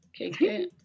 Okay